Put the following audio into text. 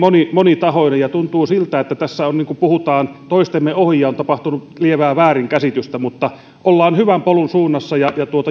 monitahoinen ja tuntuu siltä että tässä puhutaan toisemme ohi ja on tapahtunut lievää väärinkäsitystä mutta ollaan hyvä polun suunnassa ja